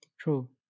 True